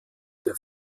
der